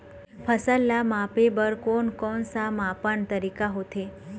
फसल ला मापे बार कोन कौन सा मापन तरीका होथे?